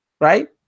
right